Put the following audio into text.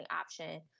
option